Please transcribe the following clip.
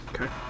Okay